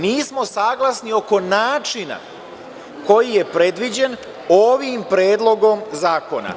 Nismo saglasni oko načina koji je predviđen ovim predlogom zakona.